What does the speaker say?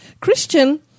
Christian